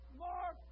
more